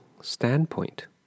standpoint